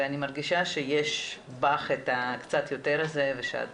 ואני מרגישה שבך יש את הקצת יותר הזה ושאת